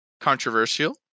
controversial